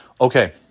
Okay